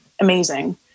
amazing